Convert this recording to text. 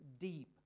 deep